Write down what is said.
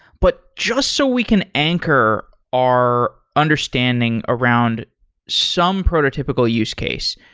but just so we can anchor our understanding around some prototypical use case,